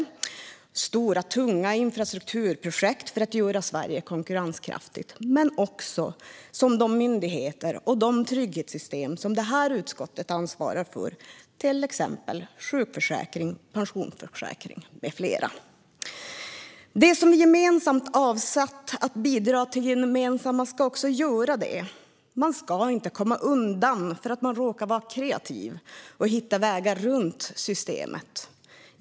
Det är stora tunga infrastrukturprojekt för att göra Sverige konkurrenskraftigt. Men det är också de myndigheter och de trygghetssystem som det här utskottet ansvarar för, till exempel sjukförsäkring, pensionsförsäkring med flera. Det som vi gemensamt avsatt för att bidra till det gemensamma ska också göra det. Man ska inte komma undan för att man råkar vara kreativ och hittar vägar runt systemet.